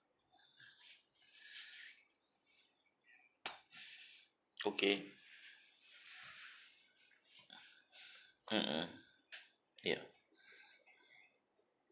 okay mm mm ya